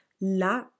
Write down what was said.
la